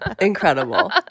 Incredible